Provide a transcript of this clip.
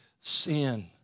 sin